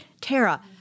Tara